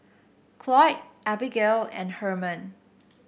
Cloyd Abigale and Herman